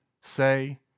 say